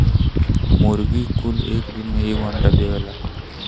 मुर्गी कुल एक दिन में एगो अंडा देवेला